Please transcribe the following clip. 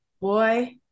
boy